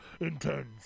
intense